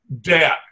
dead